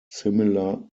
similar